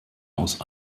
aus